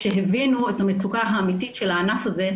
כשהבינו את המצוקה האמיתית של הענף הזה,